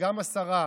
וגם השרה,